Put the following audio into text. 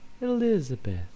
Elizabeth